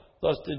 Thus